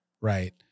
Right